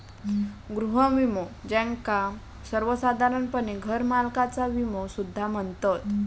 गृह विमो, ज्याका सर्वोसाधारणपणे घरमालकाचा विमो सुद्धा म्हणतत